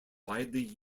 widely